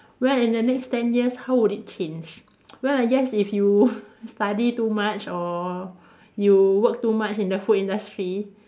well in the next ten years how would it change well I guess if you study too much or you work too much in the food industry